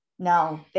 No